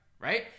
right